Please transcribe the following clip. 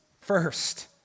first